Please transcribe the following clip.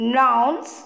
nouns